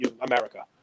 america